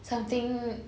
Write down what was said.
something